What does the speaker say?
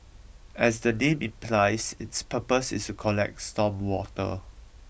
to collect storm water